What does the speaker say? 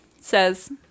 says